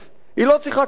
היא לא צריכה כסף,